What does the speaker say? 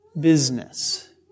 business